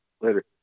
later